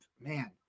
man